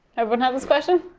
everyone has this question?